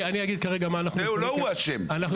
לא הוא אשם.